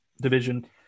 Division